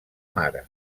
mare